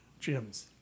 Gyms